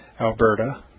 Alberta